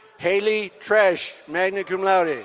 haley tresh, magna cum laude.